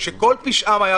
שכל פשעם היה,